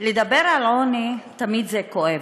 לדבר על עוני תמיד זה כואב,